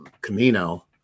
camino